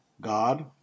God